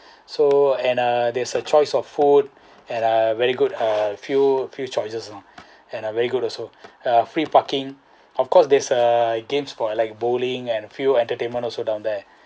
so and uh there's a choice of food at uh very good uh few few choices lah and are very good also uh free parking of course there's uh games for like bowling and few entertainment also down there